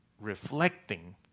reflecting